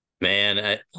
Man